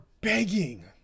begging